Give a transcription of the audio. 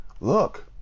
look